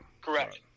Correct